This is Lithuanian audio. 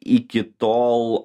iki tol